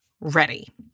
ready